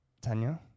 Tanya